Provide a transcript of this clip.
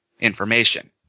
information